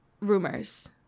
rumors